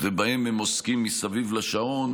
ובהם הם עוסקים מסביב לשעון,